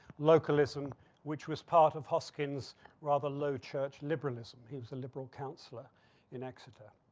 localism which was part of hoskins rather low church liberalism. he was a liberal counselor in exeter.